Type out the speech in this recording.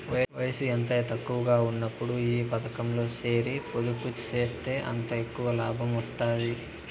వయసు ఎంత తక్కువగా ఉన్నప్పుడు ఈ పతకంలో సేరి పొదుపు సేస్తే అంత ఎక్కవ లాబం వస్తాది